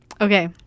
Okay